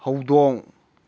ꯍꯧꯗꯣꯡ